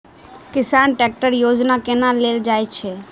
किसान ट्रैकटर योजना केना लेल जाय छै?